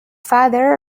father